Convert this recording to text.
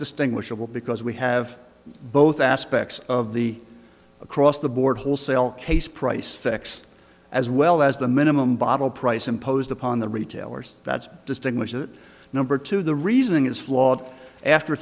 distinguishable because we have both aspects of the across the board wholesale case price fix as well as the minimum bottle price imposed upon the retailers that's distinguish it number two the reasoning is flawed after